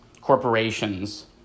corporations